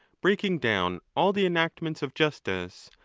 breaking down all the enactments of justice,